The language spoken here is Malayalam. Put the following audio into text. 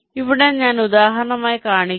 അതിനാൽ ഇവിടെ ഞാൻ ഉദാഹരണമായി കാണിക്കുന്നു